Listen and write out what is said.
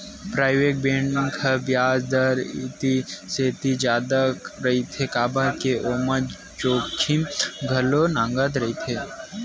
private bank के बियाज दर ह इहि सेती जादा रहिथे काबर के ओमा जोखिम घलो नँगत रहिथे